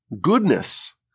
goodness